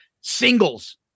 Singles